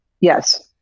Yes